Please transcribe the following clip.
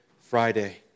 Friday